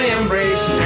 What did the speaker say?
embrace